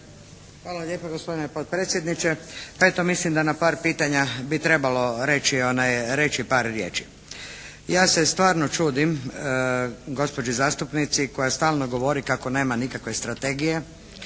Hvala lijepa gospodine potpredsjedniče. Pa eto mislim da na par pitanja bi trebalo reći par riječi. Ja se stvarno čudim gospođi zastupnici koja stalno govori kako nema nikakve strategije.